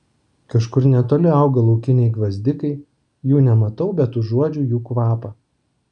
kažkur netoli auga laukiniai gvazdikai jų nematau bet užuodžiu jų kvapą